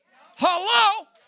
Hello